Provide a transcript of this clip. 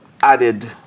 added